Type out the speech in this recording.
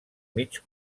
mig